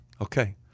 Okay